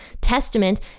Testament